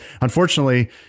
unfortunately